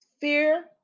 Fear